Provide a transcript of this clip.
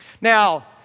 Now